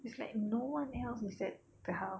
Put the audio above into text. it's like no one else was at the house